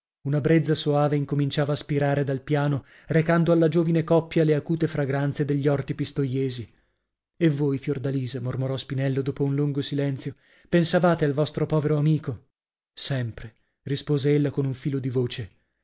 una brezza soave incominciava a spirare dal piano recando alla giovine coppia le acute fragranze degli orti pistoiesi e voi fiordalisa mormorò spinello dopo un lungo silenzio pensavate al vostro povero amico sempre rispose ella con un filo di voce